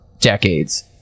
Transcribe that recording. Decades